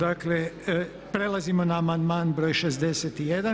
Dakle, prelazimo na amandman broj 61.